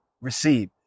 receive